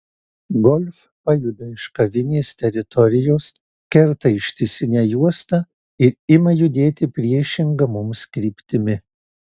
golf pajuda iš kavinės teritorijos kerta ištisinę juostą ir ima judėti priešinga mums kryptimi